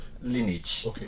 lineage